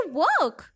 work